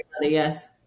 yes